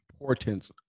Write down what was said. importance